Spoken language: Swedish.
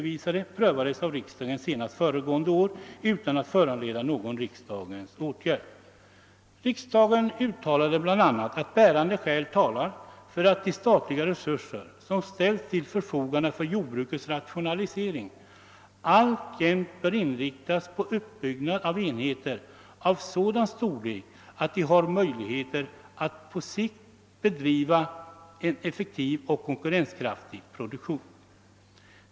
vades av riksdagen senast föregående år utan att föranleda någon riksdagens åtgärd. Riksdagen uttalade bl.a. att bärande skäl talade för att de statliga resurser som ställs till förfogande för jordbrukets rationalisering alltjämt borde inriktas på uppbyggnad av enheter av sådan storlek att de har möjligheter att på längre sikt bedriva en effektiv och konkurrenskraftig produktion.